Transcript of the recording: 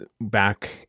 back